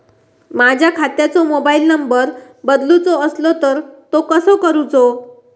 माझ्या खात्याचो mobile number बदलुचो असलो तर तो कसो करूचो?